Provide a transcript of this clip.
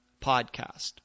podcast